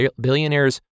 billionaire's